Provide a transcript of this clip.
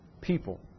people